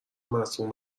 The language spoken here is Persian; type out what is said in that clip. مصون